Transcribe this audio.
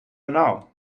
now